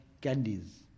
candies